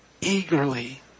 eagerly